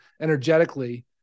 energetically